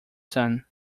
son